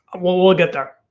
ah well, we'll get there.